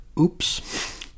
Oops